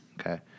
Okay